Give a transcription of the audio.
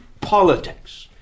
politics